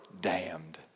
damned